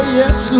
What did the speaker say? yes